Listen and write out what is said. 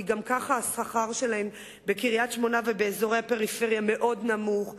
כי גם ככה השכר בקריית-שמונה ובאזורי הפריפריה נמוך מאוד.